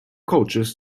coaches